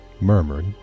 murmured